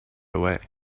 away